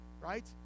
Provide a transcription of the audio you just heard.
right